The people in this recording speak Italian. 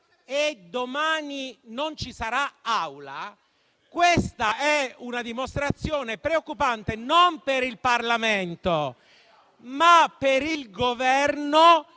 e domani non ci sarà Aula, questa è una dimostrazione preoccupante non per il Parlamento, ma per il Governo